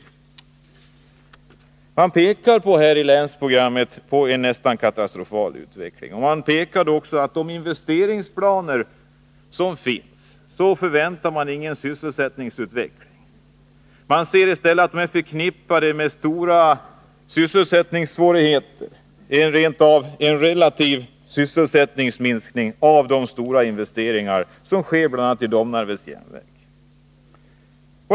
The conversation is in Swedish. I länsprogrammet visar man på en nästan katastrofal utveckling och säger också att man enligt investeringsplanerna inte förväntar sig någon sysselsättningsutveckling. Man ser i stället att det är förknippat med stora syss ningssvårigheter. Det kan rent av bli en relativ sysselsättningsminskning, trots de stora investeringar som sker vid bl.a. Domnarvets Jernverk.